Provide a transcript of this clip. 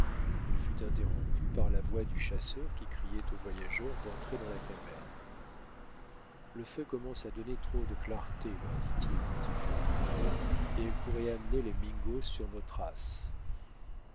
il fut interrompu par la voix du chasseur qui criait aux voyageurs d'entrer dans la caverne le feu commence à donner trop de clarté leur dit-il quand ils furent entrés et elle pourrait amener les mingos sur nos traces